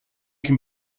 can